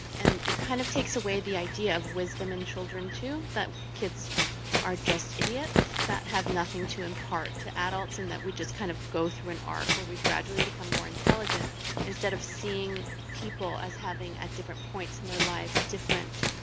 and it kind of takes away the idea of wisdom in children too, that kids are just idiots that have nothing to impart to adults, and that we just kind of go through an arc where we gradually become more intelligent instead of seeing people as having at different points in their lives, different